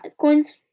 coins